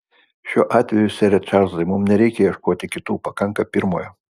šiuo atveju sere čarlzai mums nereikia ieškoti kitų pakanka pirmojo